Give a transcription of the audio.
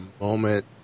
moment